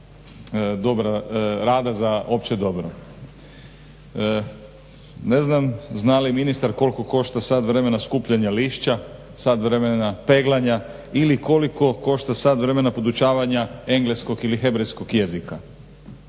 rada za opće dobro. Ne znam zna li ministar koliko košta sat vremena skupljanja lišća, sat vremena peglanja ili koliko košto sat podučavanja engleskog ili hebrejskog jezika?